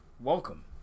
Welcome